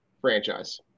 franchise